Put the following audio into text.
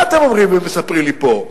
מה אתם אומרים ומספרים לי פה?